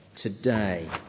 today